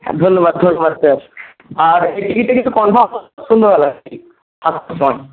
ধন্যবাদ ধন্যবাদ স্যার আর এই টিকিটটা কিন্তু কনফার্ম সন্ধ্যাবেলায় আটটার সময়